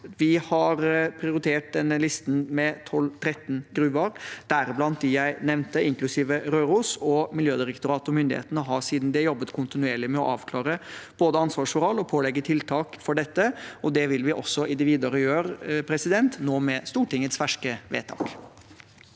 Vi har prioritert den listen med 12–13 gruver, deriblant dem jeg nevnte, inklusiv Røros. Miljødirektoratet og myndighetene har siden det jobbet kontinuerlig med både å avklare ansvarsforhold og pålegge tiltak for dette. Det vil vi også i det videre gjøre – nå med Stortingets ferske vedtak.